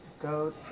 go